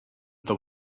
the